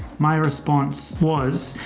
my response was,